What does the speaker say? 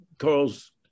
Charles